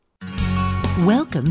Welcome